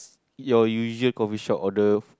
your usual coffee shop order